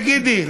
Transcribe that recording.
תגידי.